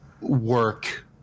work